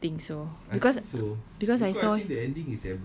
nah I don't think so because because I saw